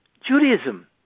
Judaism